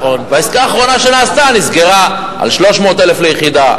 והעסקה האחרונה שנעשתה נסגרה על 300,000 ליחידה,